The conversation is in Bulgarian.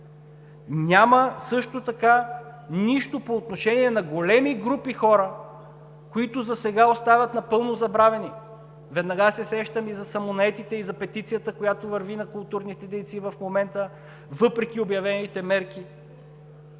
Няма също така нищо по отношение на големи групи хора, които засега остават напълно забравени. Веднага се сещам и за самонаетите, и за петицията на културните дейци, която върви в момента, въпреки обявените мерки,